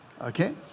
okay